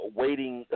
waiting